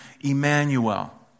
Emmanuel